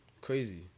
crazy